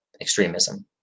extremism